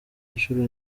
inshuro